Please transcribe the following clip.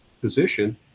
position